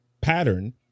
pattern